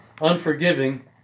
unforgiving